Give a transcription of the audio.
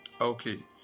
Okay